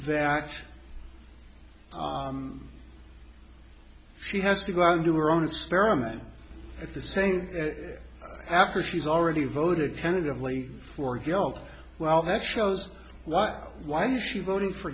that she has to go out and do her own experiment at the same after she's already voted tentatively for gold well that shows why she voting for